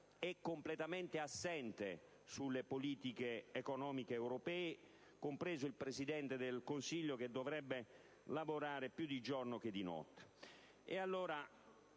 è completamente assente sulle politiche economiche europee, compreso il Presidente del Consiglio, che dovrebbe lavorare più di giorno che di notte.